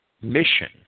mission